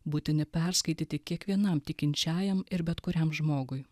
būtini perskaityti kiekvienam tikinčiajam ir bet kuriam žmogui